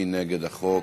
מי נגד החוק?